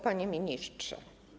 Panie Ministrze!